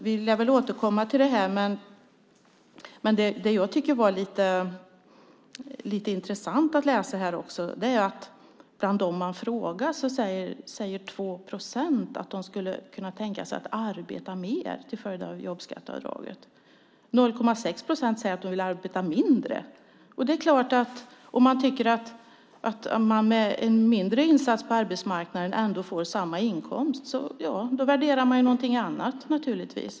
Vi lär återkomma till detta, men det jag tycker var lite intressant att läsa här var att bland dem man frågar säger 2 procent att de skulle kunna tänka sig att arbeta mer till följd av jobbskatteavdraget. 0,6 procent säger att de vill arbeta mindre. Det är klart att om man tycker att man med en mindre insats på arbetsmarknaden ändå får samma inkomst värderar man ju någonting annat.